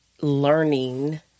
learning